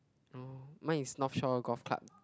oh mine is North Shore Golf Club